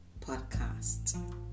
podcast